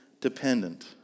Dependent